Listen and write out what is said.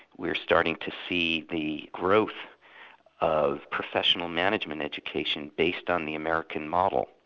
we're starting to see the growth of professional management education based on the american model.